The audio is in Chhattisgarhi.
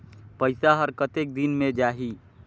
पइसा हर कतेक दिन मे जाही?